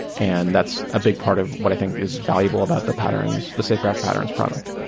and that's a big part of what i think is valuable about the patterns, the safegraph patterns product.